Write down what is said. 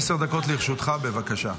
עשר דקות לרשותך, בבקשה.